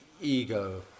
ego